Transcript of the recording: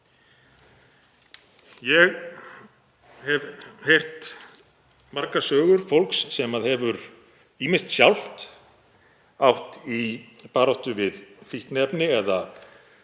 Ég hef heyrt margar sögur fólks sem hefur ýmist sjálft átt í baráttu við fíkniefni eða